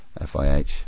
FIH